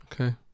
Okay